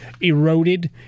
eroded